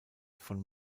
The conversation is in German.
von